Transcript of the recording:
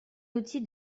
outil